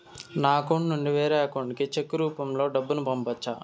నా అకౌంట్ నుండి వేరే అకౌంట్ కి చెక్కు రూపం లో డబ్బును పంపొచ్చా?